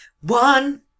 One